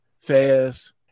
fast